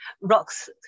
rocks